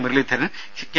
Muraleedharan K